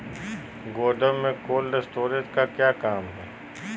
गोडम में cold storage का क्या काम है?